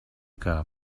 que